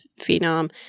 phenom